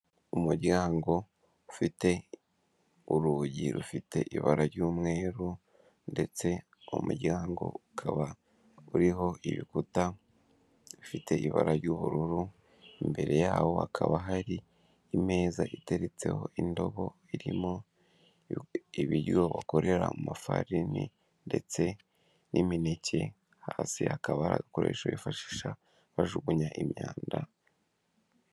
Umuryango ufite urugi rufite ibara ry'umweru ndetse umuryango ukaba uriho ibikuta bifite ibara ry'ubururu, imbere yawo hakaba hari imeza iteretseho indobo irimo ibiryo bakorera mu mafarini ndetse n'imineke, hasi hakaba hari agakoresho bifashisha bajugunya imyanda.